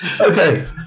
Okay